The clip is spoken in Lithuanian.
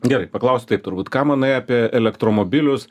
gerai paklausiu taip turbūt ką manai apie elektromobilius